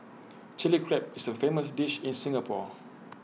Chilli Crab is A famous dish in Singapore